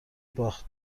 باخت